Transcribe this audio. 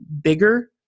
bigger